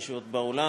מי שעוד באולם,